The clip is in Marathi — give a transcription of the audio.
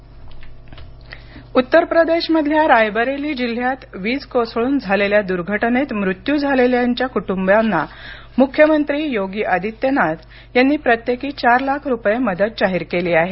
उत्तर प्रदेश पाऊस उत्तर प्रदेशमधल्या रायबरेली जिल्ह्यात वीज कोसळून झालेल्या दुर्घटनेत मृत्यू झालेल्या कुटुंबांना मुख्यमंत्री योगी आदित्यनाथ यांनी प्रत्येकी चार लाख रुपये मदत जाहीर केली आहे